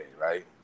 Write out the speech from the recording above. right